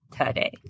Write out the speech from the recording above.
today